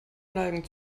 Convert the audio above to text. neigen